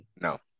No